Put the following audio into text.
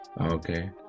Okay